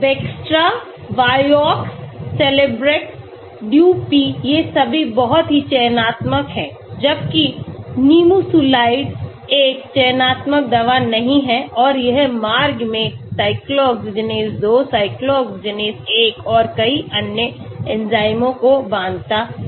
Bextra Vioxx Celebrex DuP ये सभी बहुत ही चयनात्मक हैं जबकि Nimesulide एक चयनात्मक दवा नहीं है और यह मार्ग में cyclooxygenase 2 cyclooxygenase 1 और कई अन्य एंजाइमों को बांधता है